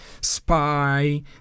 spy